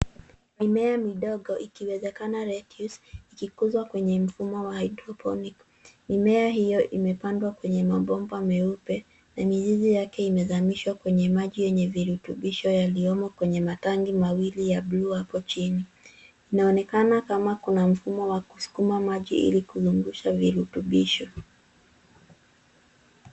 Mimea midogo, ikiwezekana lettuce ikikuzwa kwenye mfumo wa hydroponic . Mimea hiyo imepandwa kwenye mabomba meupe, na mizizi yake imezamishwa kwenye maji yenye virutubisho yaliyomo kwenye matangi mawili ya buluu hapo chini. Inaonekana kama kuna mfumo wa kusukuma maji ili kuzungusha virutubisho.